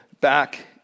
back